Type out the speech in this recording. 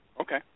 Okay